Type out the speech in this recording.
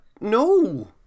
no